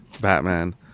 batman